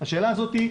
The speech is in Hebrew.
השאלה הזאת,